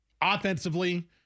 offensively